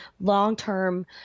long-term